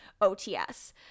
OTS